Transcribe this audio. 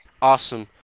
awesome